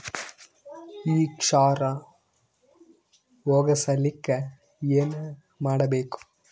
ಈ ಕ್ಷಾರ ಹೋಗಸಲಿಕ್ಕ ಏನ ಮಾಡಬೇಕು?